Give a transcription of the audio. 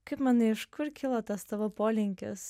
kaip manai iš kur kilo tas tavo polinkis